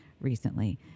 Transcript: recently